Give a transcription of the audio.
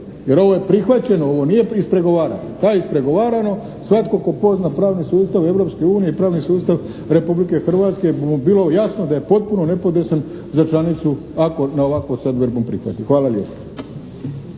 Jer ovo je prihvaćeno, ovo nije ispregovarano. Da je ispregovarano svatko tko pozna pravni sustav Europske unije i pravni sustav Republike Hrvatske bi mu bilo jasno da je potpuno nepodesan za članicu ovako se ovako ad verbum prihvati. Hvala lijepo.